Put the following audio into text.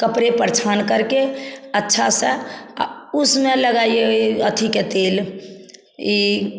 कपड़े पर छान करके अच्छा सा उसमें लगाइए अथी का तेल ई